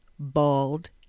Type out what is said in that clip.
bald